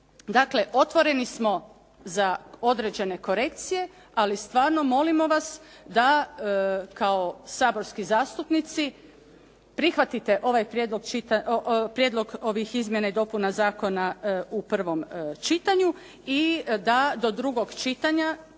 otvoreni smo za određene korekcije, ali stvarno molimo vas da kao saborski zastupnici prihvatite ovaj prijedlog, prijedlog ovih izmjena i dopuna zakona u prvom čitanju i da do drugog čitanja